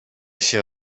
się